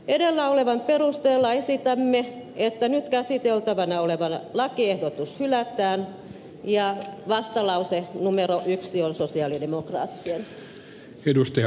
edellä olevan perusteella esitämme että nyt käsiteltävänä oleva lakiehdotus hylätään ja vastalause numero yksi on sosialidemokraattien